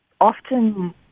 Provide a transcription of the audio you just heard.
Often